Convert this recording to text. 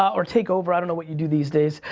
or take over, i don't know what you do these days.